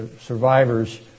survivors